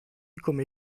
come